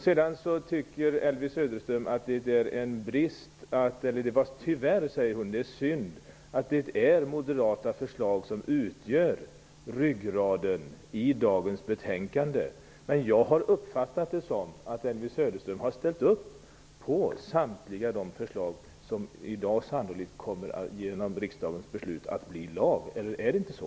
Sedan tycker Elvy Söderström att det är synd att det är Moderaternas förslag som utgör ryggraden i dagens betänkande. Men jag har uppfattat det som att Elvy Söderström har ställt upp på samtliga de förslag som i dag sannolikt kommer att genom riksdagens beslut bli lag. Eller är det inte så?